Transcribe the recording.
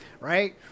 right